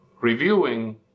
reviewing